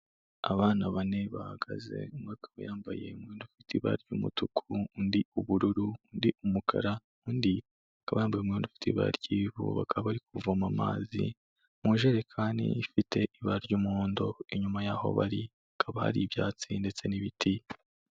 Abana bane bahagaze, umwe akaba yambaye umwenda ufite ibara ry'umutuku, undi ubururu, undi umukara, undi akaba yambaye umwenda ufite ibara ry'ivu, bakaba bari kuvoma amazi mu injerekani ifite ibara ry'umuhondo. Inyuma y'aho bari, hakaba hari ibyatsi ndetse n'ibiti.